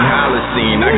Holocene